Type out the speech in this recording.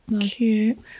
cute